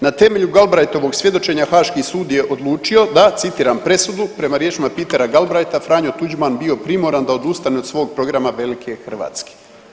Na temelju Galbraithovog svjedočenja Haški sud je odlučio da citiram, presudu prema riječima Petera Galbraitha Franjo Tuđman bio primoran da odustane od svog programa velike Hrvatske.